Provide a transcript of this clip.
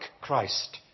Christ